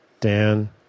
Dan